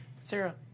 Sarah